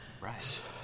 Right